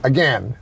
Again